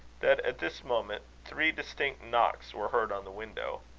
that, at this moment, three distinct knocks were heard on the window.